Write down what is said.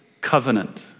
covenant